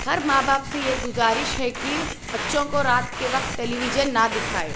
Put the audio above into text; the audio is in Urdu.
ہر ماں باپ سے یہ گزارش ہے کہ بچوں کو رات کے وقت ٹیلی ویژن نہ دکھائے